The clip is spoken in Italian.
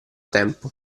tempo